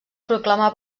proclamà